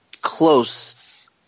close